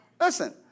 Listen